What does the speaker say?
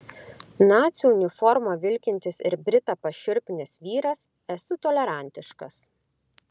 nacių uniforma vilkintis ir britą pašiurpinęs vyras esu tolerantiškas